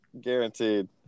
Guaranteed